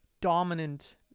dominant